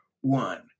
one